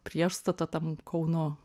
priešstata tam kauno